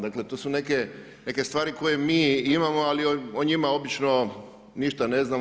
Dakle to su neke stvari koje mi imamo ali o njima obično ništa ne znamo.